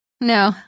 No